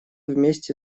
вместе